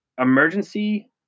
emergency